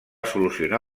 solucionar